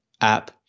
app